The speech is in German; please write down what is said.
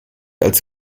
als